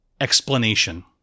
explanation